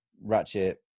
Ratchet